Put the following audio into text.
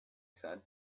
said